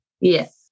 Yes